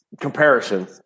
comparison